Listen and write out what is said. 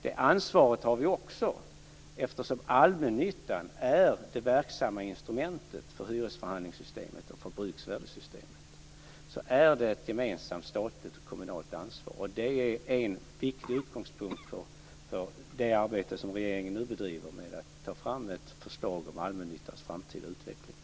Det ansvaret har vi också eftersom allmännyttan är det verksamma instrumentet för hyresförhandlingssystemet och bruksvärdessystemet. Därför är det ett gemensam statligt och kommunalt ansvar, och det är en viktig utgångspunkt för det arbete som regeringen nu bedriver med att ta fram ett förslag om allmännyttans framtida utveckling.